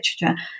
literature